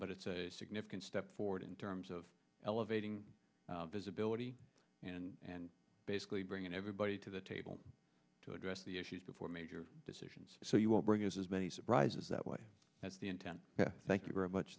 but it's a significant step forward in terms of elevating visibility and basically bringing everybody to the table to address the issues before major decisions so you won't bring as many surprises that way that's the intent thank you very much